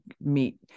meet